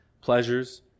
pleasures